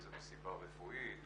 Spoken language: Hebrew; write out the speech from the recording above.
אם זה מסיבה רפואית,